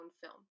film